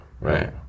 right